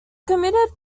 committed